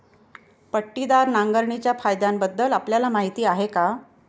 पट्टीदार नांगरणीच्या फायद्यांबद्दल आपल्याला माहिती आहे का?